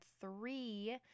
three